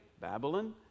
Babylon